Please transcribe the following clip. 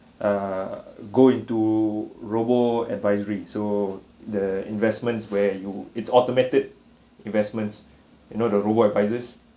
err go into robo advisory so the investments where you it's automated investments you know the robo advisors